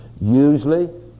usually